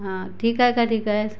हां ठीक आहे का ठीक आहे